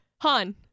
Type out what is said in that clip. Han